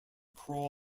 crawl